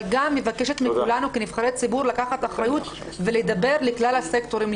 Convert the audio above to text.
אבל גם מבקשת מכולנו כנבחרי ציבור לקחת אחריות ולדבר לכלל הסקטורים.